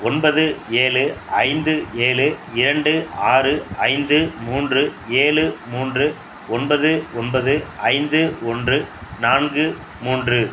ஒன்பது ஏழு ஐந்து ஏழு இரண்டு ஆறு ஐந்து மூன்று ஏழு மூன்று ஒன்பது ஒன்பது ஐந்து ஒன்று நான்கு மூன்று